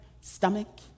stomach